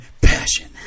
Passion